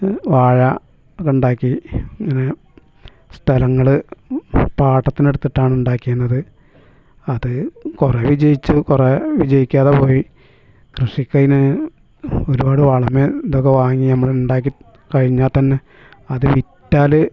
മ് വാഴ അതുണ്ടാക്കി ഇങ്ങനെ സ്ഥലങ്ങൾ പാട്ടത്തിന് എടുത്തിട്ടാണ് ഉണ്ടാക്ക്യേണത് അതു കുറേ വിജയിച്ചു കുറേ വിജയിക്കാതെ പോയി കൃഷിക്കൊക്കതിന് ഒരുപാട് വളമേ ഇതൊക്കെ വാങ്ങി നമ്മളുണ്ടാക്കി കഴിഞ്ഞാൽത്തന്നെ അതു വിറ്റാൽ